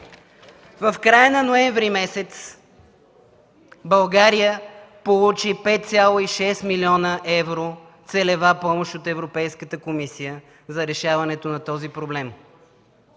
В края на месец ноември България получи 5,6 млн. евро целева помощ от Европейската комисия за решаването на този проблем.